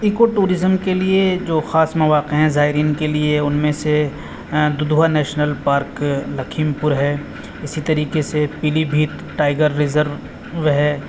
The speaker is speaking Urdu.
اکو ٹوریزم کے لیے جو خاص مواقع ہیں زائرین کے لیے ان میں سے Dudhwa national park Lakhimpur ہے اسی طریقے سے پیلی بھیت ٹائگر ریزرو ہے